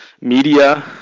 media